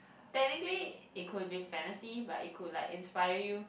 technically it could be fantasy but it could like inspire you